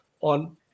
on